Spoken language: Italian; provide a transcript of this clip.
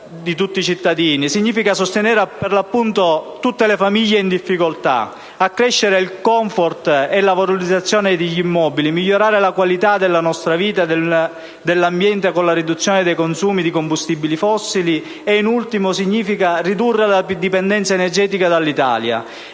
cittadini, sostenere tutte le famiglie in difficoltà, accrescere il *comfort* e valorizzare gli immobili, migliorare la qualità della nostra vita e del nostro ambiente con la riduzione dei consumi di combustibili fossili; in ultimo, ciò significa anche ridurre la dipendenza energetica dell'Italia.